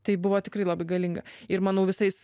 tai buvo tikrai labai galinga ir manau visais